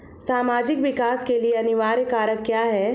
सामाजिक विकास के लिए अनिवार्य कारक क्या है?